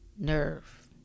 Nerve